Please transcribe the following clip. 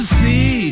see